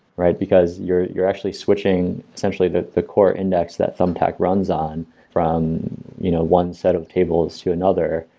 right? because you're you're actually switching essentially the the core index that thumbtack runs on from you know one set of tables to another.